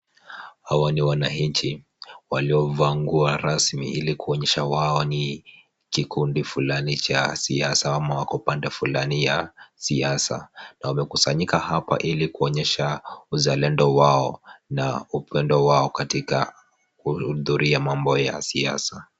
Hawa ni wananchi waliovaa nguo rasmi ili kuonyesha wao ni kikundi fulani cha siasa ama wako upande fulani ya siasa, na wamekusanyika hapa ili kuonyesha uzalendo wao na upendo wao katika kuhudhuria mambo ya siasa.